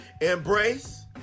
Embrace